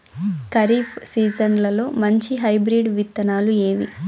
ఖరీఫ్ సీజన్లలో మంచి హైబ్రిడ్ విత్తనాలు ఏవి